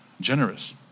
generous